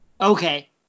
Okay